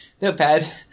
notepad